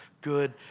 good